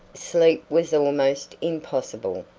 sleep was almost impossible,